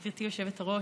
גברתי היושבת-ראש,